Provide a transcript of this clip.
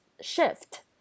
shift